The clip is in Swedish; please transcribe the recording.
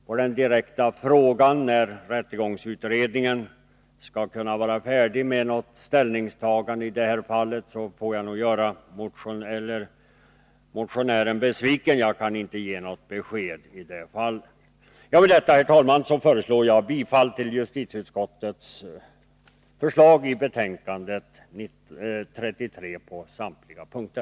På den direkta frågan när rättegångsutredningen skall kunna vara färdig med sitt ställningstagande i det här fallet får jag göra motionärerna besvikna. Jag kan inte ge något besked om det. Med detta, herr talman, föreslår jag bifall till jusitieutskottets hemställan i betänkande 33 på samtliga punkter.